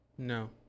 No